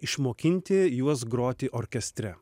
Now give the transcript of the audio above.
išmokinti juos groti orkestre